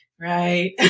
right